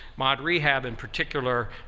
mod rehab in particular,